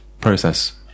process